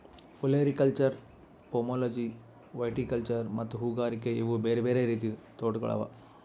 olericulture, pomology, viticulture ಮತ್ತ ಹೂಗಾರಿಕೆ ಇವು ಬೇರೆ ಬೇರೆ ರೀತಿದ್ ತೋಟಗೊಳ್ ಅವಾ